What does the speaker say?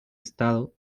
estado